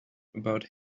about